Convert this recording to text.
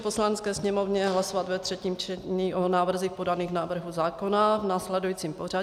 Poslanecké sněmovně hlasovat ve třetím čtení o návrzích podaných v návrhu zákona v následujícím pořadí.